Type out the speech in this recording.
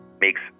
makes